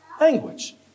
language